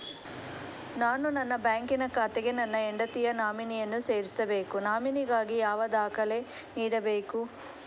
ನಾನು ನನ್ನ ಬ್ಯಾಂಕಿನ ಖಾತೆಗೆ ನನ್ನ ಹೆಂಡತಿಯ ನಾಮಿನಿಯನ್ನು ಸೇರಿಸಬೇಕು ನಾಮಿನಿಗಾಗಿ ಯಾವ ದಾಖಲೆ ನೀಡಬೇಕು?